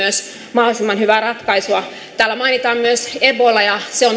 mahdollisimman hyvää ratkaisua täällä mainitaan myös ebola ja se